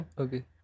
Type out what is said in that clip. Okay